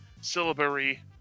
syllabary